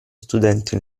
studente